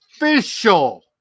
official